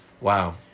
Wow